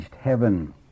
heaven